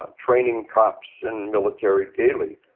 ah training cops and military daily,